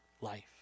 life